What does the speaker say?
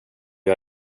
jag